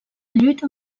lluita